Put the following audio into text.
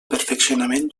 perfeccionament